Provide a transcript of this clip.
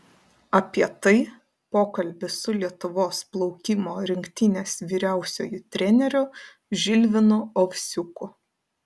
apie tai pokalbis su lietuvos plaukimo rinktinės vyriausiuoju treneriu žilvinu ovsiuku